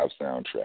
soundtrack